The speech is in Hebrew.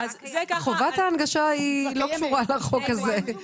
חובת ההנגשה לא פטורה בחוק הזה.